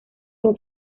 con